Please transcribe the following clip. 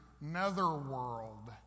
netherworld